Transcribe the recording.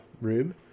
room